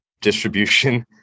distribution